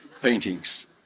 paintings